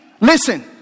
listen